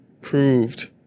proved